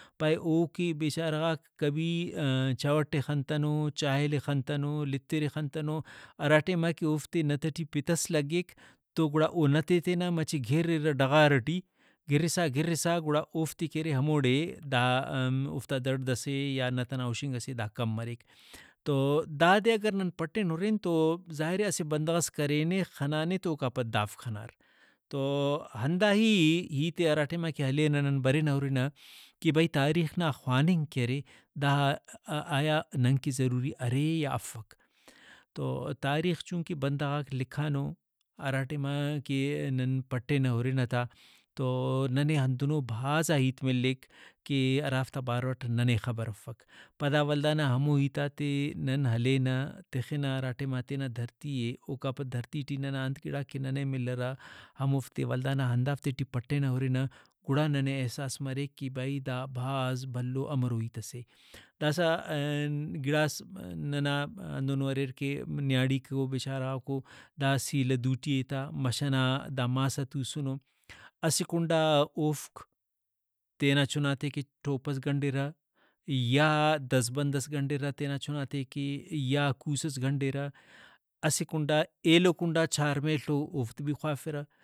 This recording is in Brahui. پائے او کہ بیچارہ غاک کبھی چوٹ ئے خنتنو چاہل ئے خنتنو لترئے خنتنو ہراٹائما کہ اوفتے نت ٹی پت ئس لگیک تو گڑا او نتے تینا مچہ گِر رہ ڈغار ٹی گرسا گرسا گڑا اوفتے کہ ہموڑے دا اوفتا دڑد سے یا نت ئنا ہُشنگ ئسے دا کم مریک۔ تو دادے اگر نن پٹین ہُرن تو ظاہرے اسہ بندغس کرینے خنانے تو اوکا پد دافک خنار۔ تو ہنداہی ہیتے ہراٹائما کہ ہلینہ نن برینہ ہُرنہ کہ بھئی تاریخ نا خواننگ کہ ارے دا آیا ننکہ ضروری ارے یا افک۔ تو تاریخ چونکہ بندغاک لکھانو ہراٹائما کہ نن پٹینہ ہُرنہ تا تو ننے ہندنو بھازا ہیت ملیک کہ ہرافتا باروٹ ننے خبرافک۔ پدا ولدانا ہمو ہیتاتے نن ہلینہ تخنہ ہراٹائما تینا دھرتی ئے اوکا پد دھرتی ٹی ننا انت گڑاک کہ ننے ملرہ ہموفتے ولدانا ہندافتے ٹی پٹینہ ہُرنہ گڑا ننے احساس مریک کہ بھئی دا بھاز بھلو امرو ہیت سے ۔داسہ گڑاس ننا ہندنو اریر کہ نیاڑیکو بیچارہ غاکو دا سیلہ دوٹی اے تا مَش ئنا دا ماسا تو سنو اسہ کنڈا اوفک تینا چُھنا تے کہ ٹوپ ئس گنڈرہ یا دست بند ئس گنڈرہ تینا چُھنا تے کہ یا کُوس ئس گنڈر ہ اسہ کنڈا ایلو کنڈا چھار میل او اوفتے بھی خوافرہ